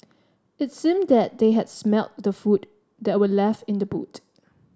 it seemed that they had smelt the food that were left in the boot